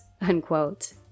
Unquote